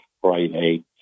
Friday